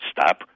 stop